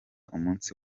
umunsi